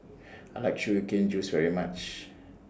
I like Sugar Cane Juice very much